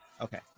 okay